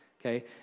Okay